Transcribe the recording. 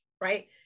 right